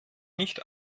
nicht